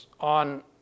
on